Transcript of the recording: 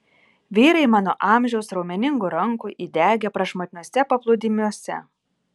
vyrai mano amžiaus raumeningų rankų įdegę prašmatniuose paplūdimiuose